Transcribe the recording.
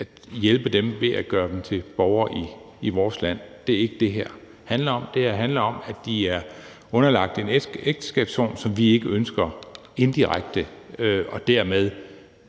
at hjælpe dem ved at gøre dem til borgere i vores land. Det er ikke det, det her handler om. Det her handler om, at de er underlagt en ægteskabsform, som vi ikke ønsker, inddirekte, og mere